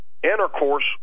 Intercourse